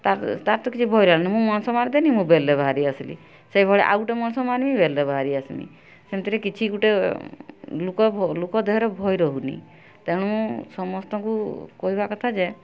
ତାର ତାର ତ କିଛି ଭୟ ମୁଁ ମଣିଷ ମାରିଦେଲି ମୁଁ ବେଲ୍ରେ ବାହାରି ଆସିଲି ସେଇଭଳି ଆଉ ଗୋଟେ ମଣିଷ ମାରିବି ବେଲ୍ରେ ବାହାରି ଆସିବି ସେମିତିରେ କିଛି ଗୋଟେ ଲୋକ ଲୋକ ଦେହରେ ଭୟ ରହୁନି ତେଣୁ ସମସ୍ତଙ୍କୁ କହିବା କଥା ଯେ